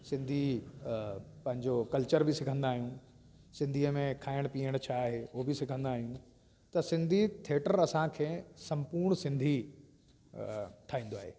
सिंधी पंहिंजो कल्चर बि सिखंदा आहियूं सिंधीअ में खाइणु पीअणु छा आहे उहो बि सिखंदा आहियूं त सिंधी थिएटर असांखे सम्पूर्ण सिंधी ठाहींदो आहे